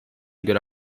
göre